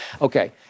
Okay